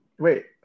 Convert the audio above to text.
Wait